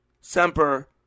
semper